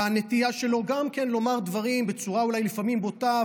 הנטייה שלו גם לומר דברים בצורה אולי לפעמים בוטה,